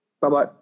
Bye-bye